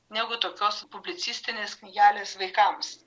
negu tokios publicistinės knygelės vaikams